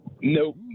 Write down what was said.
Nope